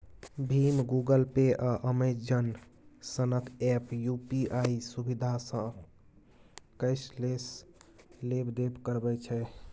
भीम, Google pay, आ Amazon सनक app UPI सुविधासँ कैशलेस लेब देब करबै छै